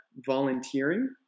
volunteering